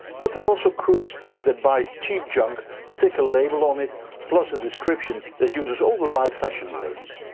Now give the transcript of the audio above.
but there are also crooks that buy cheap junk, stick a label on it plus a description that uses all the right fashion words.